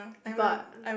but